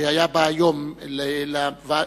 שהיה בא היום לוועדה,